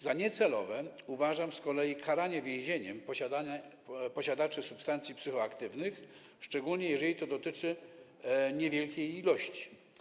Za niecelowe uważam z kolei karanie więzieniem posiadaczy substancji psychoaktywnych, szczególnie jeżeli dotyczy to niewielkiej ilości.